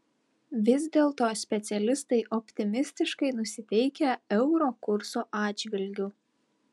vis dėlto specialistai optimistiškai nusiteikę euro kurso atžvilgiu